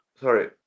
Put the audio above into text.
Sorry